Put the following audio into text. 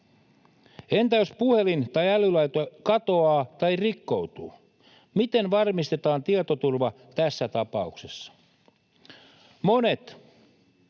Entä jos puhelin tai älylaite katoaa tai rikkoutuu? Miten varmistetaan tietoturva tässä tapauksessa? Monet,